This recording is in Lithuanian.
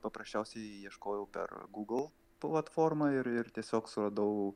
paprasčiausiai ieškojau per google platformą ir ir tiesiog suradau